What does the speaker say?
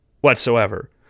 whatsoever